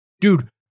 Dude